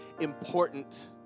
important